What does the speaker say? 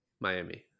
Miami